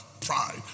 Pride